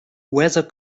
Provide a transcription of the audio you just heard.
weather